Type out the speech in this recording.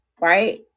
right